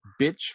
bitch